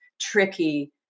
tricky